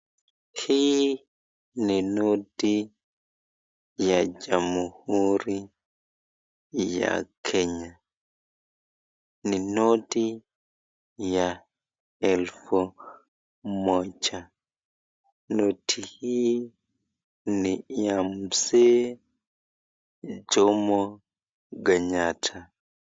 Hii ni noti ya Jamhuri ya Kenya. Ni noti ya elfu moja. Noti hii ni ya Mzee Jomo Kenyatta.